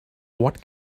what